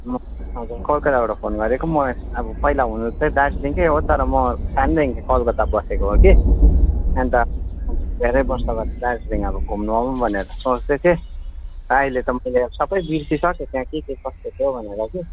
हजुर कलकत्ताबाट फोन गरेको म अब पहिला हुनु चाहिँ दार्जिलिङकै हो तर म सानैदेखिन् चाहिँ कलकत्ता बसेको हो कि अनि त धेरै वर्ष भयो दार्जिलिङ अब घुम्नु आऊँ भनेर सोच्दै थिएँ आहिले त म यहाँ सबै बिर्सिसकेँ त्यहाँ के के कस्तो छ भनेर के